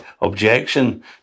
objection